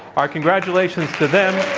our congratulations to them.